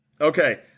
Okay